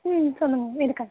ம் சொல்லுங்கள் இருக்கேன்